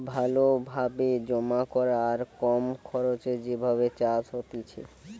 ভালো ভাবে জমা করা আর কম খরচে যে ভাবে চাষ হতিছে